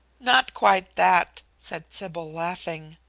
not quite that, said sybil, laughing.